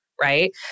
Right